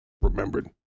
remembered